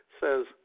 says